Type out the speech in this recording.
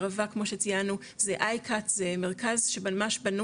ערבה כמו שציינו זה מרכז שממש בנו